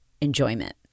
enjoyment